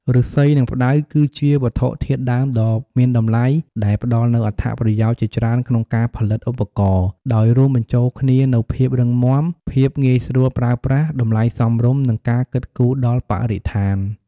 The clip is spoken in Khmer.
ឫស្សី និងផ្តៅ គឺជាវត្ថុធាតុដើមដ៏មានតម្លៃដែលផ្តល់នូវអត្ថប្រយោជន៍ជាច្រើនក្នុងការផលិតឧបករណ៍ ដោយរួមបញ្ចូលគ្នានូវភាពរឹងមាំ ភាពងាយស្រួលប្រើប្រាស់ តម្លៃសមរម្យ និងការគិតគូរដល់បរិស្ថាន។